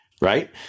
right